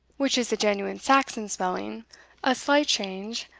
which is the genuine saxon spelling a slight change,